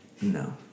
No